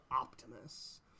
Optimus